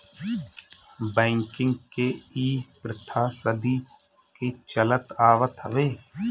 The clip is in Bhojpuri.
बैंकिंग के इ प्रथा सदी के चलत आवत हवे